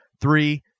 Three